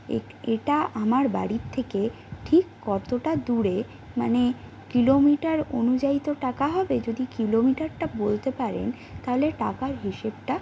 এ এটা আমার বাড়ির থেকে ঠিক কতটা দূরে মানে কিলোমিটার অনুযায়ী তো টাকা হবে যদি কিলোমিটারটা বলতে পারেন তাহলে টাকার হিসেবটা